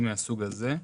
היא מהסוג הזה,